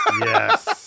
Yes